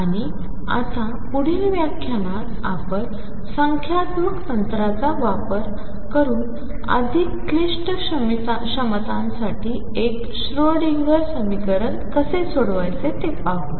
आणि आता पुढील व्याख्यानात आपण संख्यात्मक तंत्रांचा वापर करून अधिक क्लिष्ट क्षमतांसाठी एक डी श्रोडिंगर समीकरण कसे सोडवायचे ते पाहू